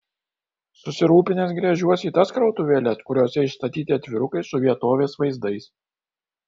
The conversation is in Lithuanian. susirūpinęs gręžiuosi į tas krautuvėles kuriose išstatyti atvirukai su vietovės vaizdais